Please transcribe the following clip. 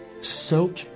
soak